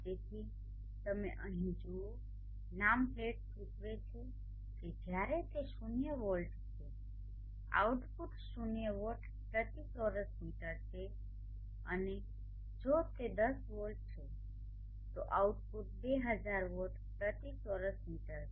તેથી તમે અહીં જુઓ નામ પ્લેટ સૂચવે છે કે જ્યારે તે શૂન્ય વોલ્ટ છે આઉટપુટ શૂન્ય વોટ પ્રતિ ચોરસ મીટર છે અને જો તે 10 વોલ્ટ છે તો આઉટપુટ 2000 વોટ પ્રતિ ચોરસ મીટર છે